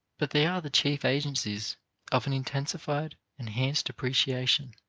but they are the chief agencies of an intensified, enhanced appreciation.